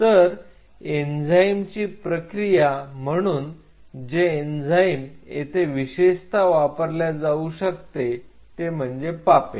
तर एन्झाईमची प्रक्रिया म्हणून जे एन्झाईम येथे विशेषतः वापरले जाऊ शकते ते म्हणजे पापेन